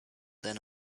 than